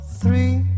three